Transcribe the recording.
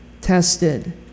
tested